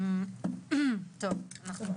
בהחלט.